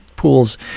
pools